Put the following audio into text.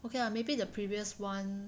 okay lah maybe the previous one